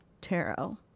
tarot